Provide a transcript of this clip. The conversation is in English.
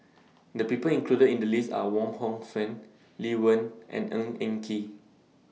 The People included in The list Are Wong Hong Suen Lee Wen and Ng Eng Kee